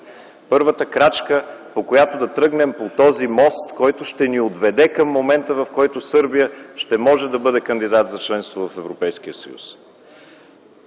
първата крачка, с която да тръгнем по този мост, който ще ни отведе към момента, в който Сърбия ще може да бъде кандидат за членство в Европейския съюз.